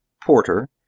Porter